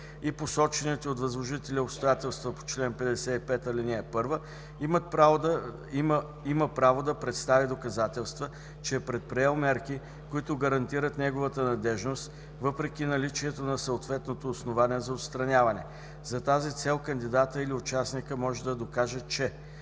и посочените от възложителя обстоятелства по чл. 55, ал. 1, има право да представи доказателства, че е предприел мерки, които гарантират неговата надеждност, въпреки наличието на съответното основание за отстраняване. За тази цел кандидатът или участникът може да докаже, че: